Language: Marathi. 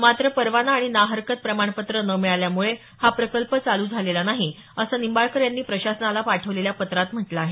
मात्र परवाना आणि ना हरकत प्रमाणपत्र न मिळाल्यामुळे हा प्रकल्प चालू झालेला नाही असं निंबाळकर यांनी प्रशासनाला पाठवलेल्या पत्रात म्हटलं आहे